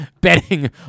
betting